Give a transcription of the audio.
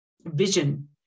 vision